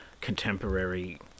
contemporary